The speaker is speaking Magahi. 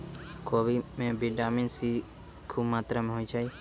खोबि में विटामिन सी खूब मत्रा होइ छइ